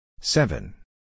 Seven